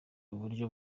uburyo